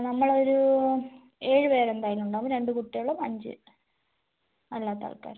നമ്മളൊരു ഏഴ് പേരെന്തായാലും ഉണ്ടാവും രണ്ട് കുട്ടികളും അഞ്ച് അല്ലാത്ത ആൾക്കാരും